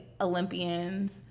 Olympians